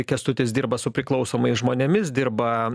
kęstutis dirba su priklausomais žmonėmis dirba